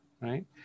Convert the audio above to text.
right